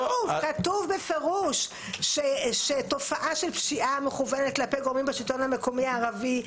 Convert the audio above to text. כתוב בפירוש שתופעה של פשיעה המכוונת כלפי גורמים בשלטון המקומי הערבי,